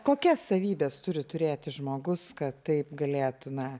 kokias savybes turi turėti žmogus kad taip galėtų na